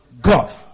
God